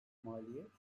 maliyet